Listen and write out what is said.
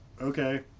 okay